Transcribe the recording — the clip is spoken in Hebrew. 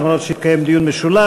אף-על-פי שהתקיים דיון משולב.